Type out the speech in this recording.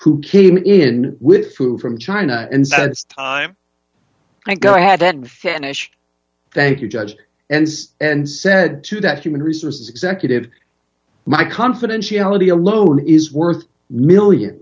who came in with food from china and said i guy had finished thank you judge as and said to that human resources executive my confidentiality alone is worth millions